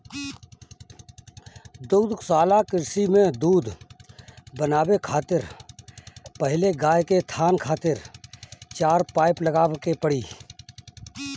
दुग्धशाला कृषि में दूध बनावे खातिर पहिले गाय के थान खातिर चार पाइप लगावे के पड़ी